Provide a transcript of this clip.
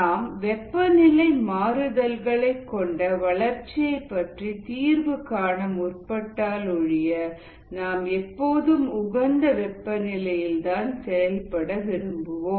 நாம் வெப்பநிலை மாறுதல்களை கொண்ட வளர்ச்சியைப் பற்றி தீர்வு காண முற்பட்டால் ஒழிய நாம் எப்போதும் உகந்த வெப்ப நிலையில்தான் செயல்பட விரும்புவோம்